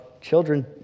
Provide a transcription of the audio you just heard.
children